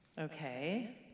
okay